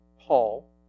Paul